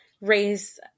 raise